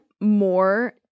more